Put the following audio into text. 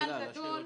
פסטיבל גדול,